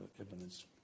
evidence